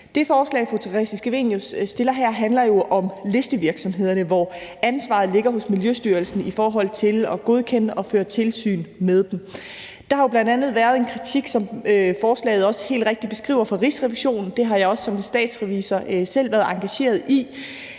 Det forslag, fru Theresa Scavenius fremsætter her, handler jo om listevirksomhederne, hvor ansvaret ligger hos Miljøstyrelsen i forhold til at godkende og føre tilsyn med dem. Der har jo bl.a. været en kritik, som forslaget også helt rigtigt beskriver, fra Rigsrevisionen. Det har jeg også som statsrevisor selv været engageret i.